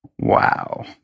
Wow